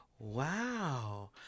Wow